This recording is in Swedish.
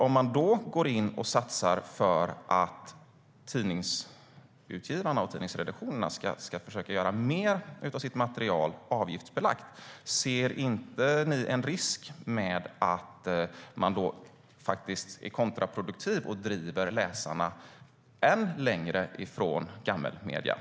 Om man då går in och satsar för att tidningsutgivarna och tidningsredaktionerna ska försöka göra mer av sitt material avgiftsbelagt, ser ni då inte en risk för att man är kontraproduktiv och driver läsarna än längre ifrån gammelmedierna?